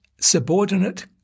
Subordinate